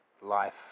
life